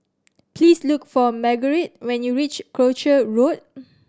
please look for Margurite when you reach Croucher Road